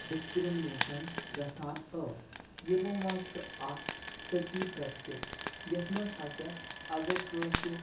discrimination گَژھان ٲس یِمو منٛز چھُ اَکھ ستی پرٛیٚکٹِس یَتھ منٛز ہَسا اگر کٲنٛسِہ